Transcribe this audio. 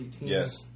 Yes